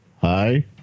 Hi